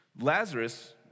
Lazarus